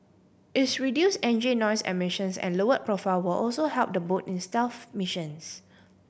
its reduce engine noise emissions and lower profile will also help the boat in stealth missions